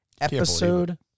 Episode